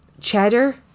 cheddar